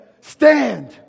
stand